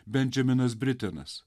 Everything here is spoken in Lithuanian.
bendžaminas britenas